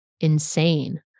insane